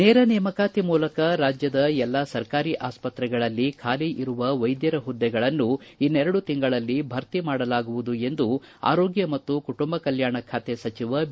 ನೇರ ನೇಮಕಾತಿ ಮೂಲಕ ರಾಜ್ಯದ ಎಲ್ಲಾ ಸರ್ಕಾರಿ ಆಸ್ಪತ್ರೆಗಳಲ್ಲಿ ಖಾಲಿ ಇರುವ ವೈದ್ವರ ಹುದ್ದೆಗಳನ್ನು ಎರಡು ತಿಂಗಳಲ್ಲಿ ಭರ್ತಿ ಮಾಡಲಾಗುವುದು ಎಂದು ಆರೋಗ್ಯ ಮತ್ತು ಕುಟುಂಬ ಕಲ್ಕಾಣ ಖಾತೆ ಸಚಿವ ಬಿ